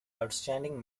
outstanding